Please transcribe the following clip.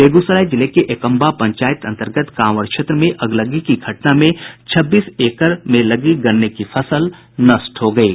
बेगूसराय जिले के एकम्बा पंचायत अंतर्गत कांवड़ क्षेत्र में अगलगी की घटना में छब्बीस एकड़ में लगी गन्ने की फसल नष्ट हो गयी